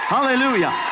Hallelujah